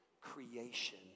creation